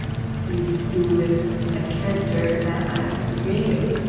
he's, you know, this a character that i created.